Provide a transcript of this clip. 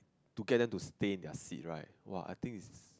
to get them to stay in their seats right !wah! I think it's